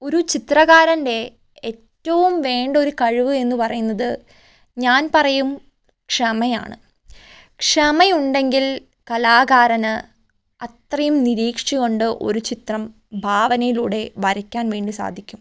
ഒരു ചിത്രകാരൻ്റെ എറ്റവും വേണ്ട ഒരു കഴിവ് എന്ന് പറയുന്നത് ഞാൻ പറയും ക്ഷമയാണ് ക്ഷമയുണ്ടെങ്കിൽ കലാകാരന് അത്രയും നിരീക്ഷിച്ചുകൊണ്ട് ഒരു ചിത്രം ഭാവനയിലൂടെ വരയ്ക്കാൻ വേണ്ടി സാധിക്കും